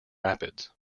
rapids